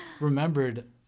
remembered